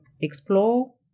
explore